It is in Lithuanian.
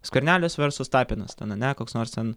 skvernelis versus tapinas ten ane koks nors ten